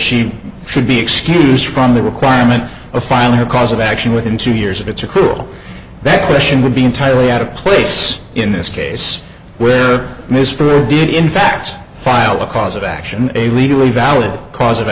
she should be excused from the requirement of finding a cause of action within two years and it's a cool that question would be entirely out of place in this case where ms for did in fact file a cause of action a legally valid cause of